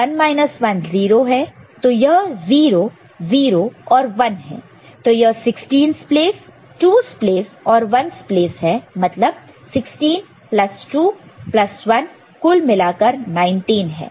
तो 1 1 0 है तो यह 0 0 और 1 है तो यह 16's प्लेस 2's प्लेस और 1's प्लेस है मतलब 16 प्लस 2 प्लस 1 कुल मिलाकर 19 है